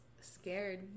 scared